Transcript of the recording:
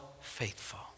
faithful